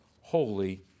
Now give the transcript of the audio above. holy